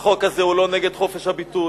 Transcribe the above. החוק הזה הוא לא נגד חופש הביטוי,